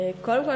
קודם כול,